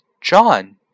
John